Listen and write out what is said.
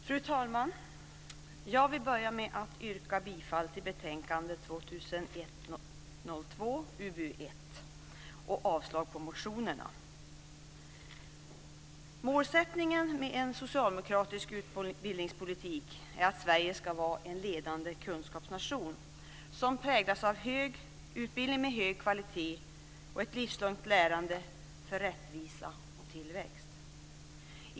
Fru talman! Jag börjar med att yrka bifall till förslagen i betänkande 2001/02:UbU1 och avslag på motionerna. Målsättningen i en socialdemokratisk utbildningspolitik är att Sverige ska vara en ledande kunskapsnation, som präglas av utbildning med hög kvalitet och ett livslångt lärande för rättvisa och tillväxt.